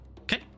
Okay